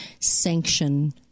sanction